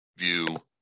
view